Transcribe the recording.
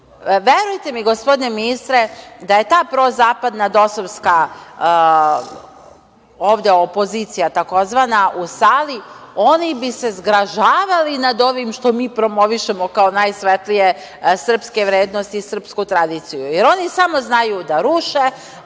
dođete. Verujte mi, gospodine ministre, da je prozapadna dosovska ovde opozicija tazkovana u sali, oni bi se zgražavali nad ovim što mi promovišemo kao najsvetlije srpske vrednosti, srpsku tradiciju, jer oni samo znaju da ruše,